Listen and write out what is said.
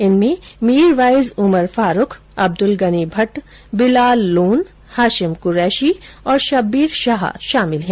इनमें मीरवाइज उमर फारूक अब्दुल गनी भट्ट बिलाल लोन हाशिम कुरैशी और शब्बीर शाह शामिल हैं